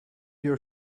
your